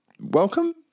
Welcome